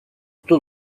dut